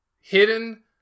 Hidden